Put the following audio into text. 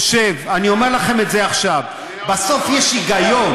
אני אומר לכם את זה עכשיו: בסוף יש היגיון,